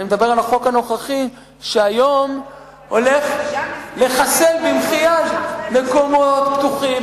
שהיום הולך לחסל במחי-יד מקומות פתוחים,